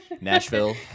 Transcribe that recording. Nashville